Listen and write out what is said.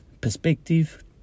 perspective